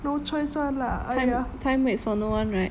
no choice [one] lah !aiya!